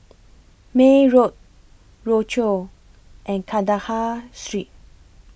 May Road Rochor and Kandahar Street